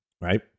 right